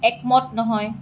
একমত নহয়